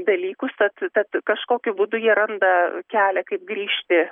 dalykus tad tad kažkokiu būdu jie randa kelią kaip grįžti